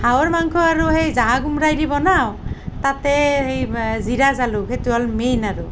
হাঁহৰ মাংস আৰু সেই জাহা কোমোৰাই দি বনাওঁ তাতে সেই জিৰা জালুক সেইটো হ'ল মেইন আৰু